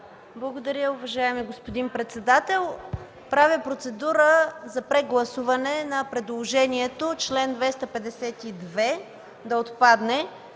Благодаря. Уважаеми господин председател, правя процедура за прегласуване на предложението – чл. 252 да отпадне,